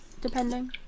depending